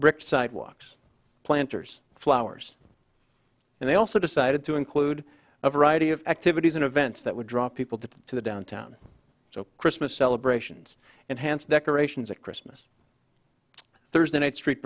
brick sidewalks planters flowers and they also decided to include a variety of activities and events that would draw people to to the downtown so christmas celebrations and hands decorations at christmas thursday night street